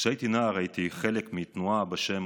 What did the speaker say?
כשהייתי נער הייתי חלק מתנועה בשם